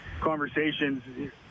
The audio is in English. conversations